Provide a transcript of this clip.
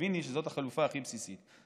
תביני שזאת החלופה הכי בסיסית.